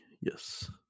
Yes